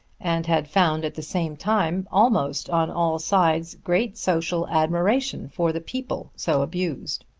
and had found at the same time almost on all sides great social admiration for the people so abused.